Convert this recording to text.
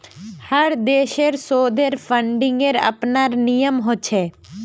हर देशेर शोधेर फंडिंगेर अपनार नियम ह छे